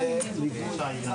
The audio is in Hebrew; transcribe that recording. ננעלה